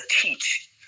teach